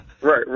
right